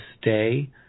stay